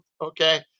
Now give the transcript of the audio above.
okay